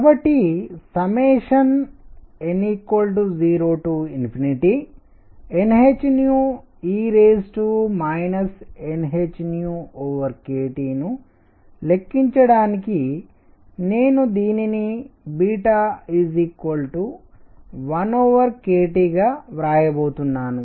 కాబట్టి n 0nhe nhkT ను లెక్కించడానికి నేను దీనిని 1kT గా వ్రాయబోతున్నాను